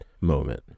moment